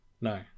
No